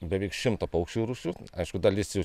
beveik šimtą paukščių rūšių aišku dalis jų